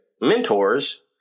mentors